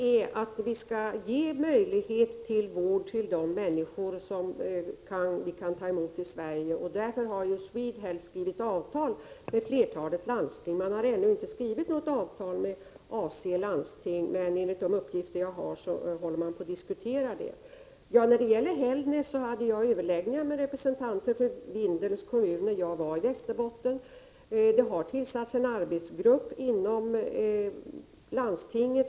Fru talman! Min viljeyttring är följande: De människor som vi i Sverige kan ta emot skall ges en möjlighet till vård. Således har SwedeHealth undertecknat ett avtal med flertalet landsting. Men man har ännu inte skrivit under något avtal med Västerbottens läns landsting — AC landsting. Enligt uppgifter som jag har inhämtat pågår dock diskussioner i det sammanhanget. När det gäller Hällnäs sjukhem vill jag framhålla att jag vid mitt besök i Västerbotten hade överläggningar med representanter för Vindelns kommun. Man har tillsatt en arbetsgrupp inom landstinget.